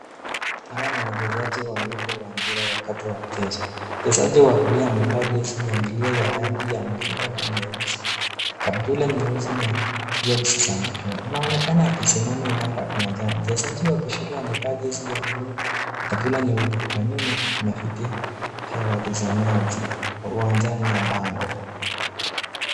Hawa ni wachezaji wawili wa mpira wakati wa michezo. Mchezaji wa kulia amevaa jezi ya milia ya rangi ya machungwa na nyeusi, kaptura nyeusi na soksi za machungwa .Anaonekana kuwa amesimama imara uwanjani. Mchezaji wa kushoto amevaa jezi ya bluu na kaptura nyeupe, kwa nyuma kuna viti vya watazamaji uwanjani na bango.